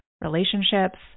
relationships